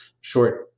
short